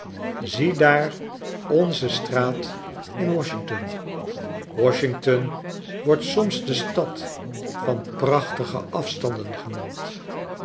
ziedaar onze straat te washington washington wordt soms de stad van prachtige afstanden genoemd